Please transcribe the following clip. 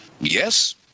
Yes